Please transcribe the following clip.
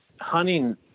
hunting